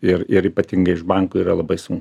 ir ir ypatingai iš bankų yra labai sunku